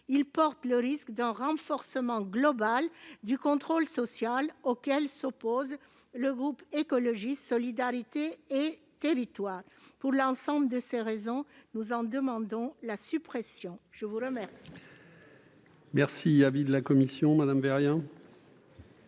Il porte le risque d'un renforcement global du contrôle social auquel s'oppose le groupe Écologiste - Solidarité et Territoires. Pour l'ensemble de ces raisons, nous en demandons la suppression. Quel est